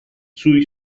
sui